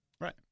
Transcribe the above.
Right